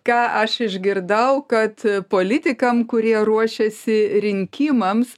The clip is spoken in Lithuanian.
ką aš išgirdau kad politikam kurie ruošiasi rinkimams